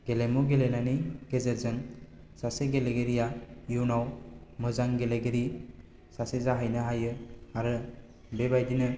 गेलेमु गेलेनायनि गेजेरजों सासे गेलेगिरिया इयुनाव मोजां गेलेगिरि सासे जाहैनो हायो आरो बेबायदिनो